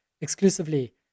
exclusively